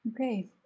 Okay